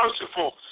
merciful